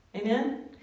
Amen